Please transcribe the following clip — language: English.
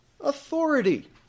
authority